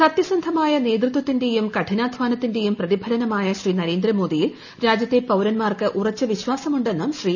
സത്യസന്ധമായ നേതൃത്വത്തിന്റെയും കഠിനാധാനത്തിന്റേയും പ്രതിഫലനമായ ശ്രീ നരേന്ദ്രമോദിയിൽ രാജ്യത്തെ പൌരന്മാർക്ക് ഉറച്ച വിശ്വാസമുണ്ടെന്നും ശ്രീ